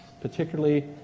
particularly